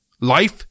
Life